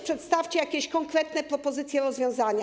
przedstawiła jakieś konkretne propozycje, rozwiązania.